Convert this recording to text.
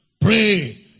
Pray